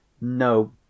No